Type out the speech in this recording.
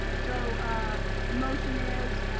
so the motion is